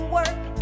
work